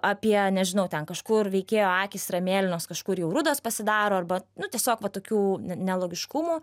apie nežinau ten kažkur veikėjo akys yra mėlynos kažkur jau rudos pasidaro arba nu tiesiog va tokių ne nelogiškumų